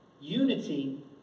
Unity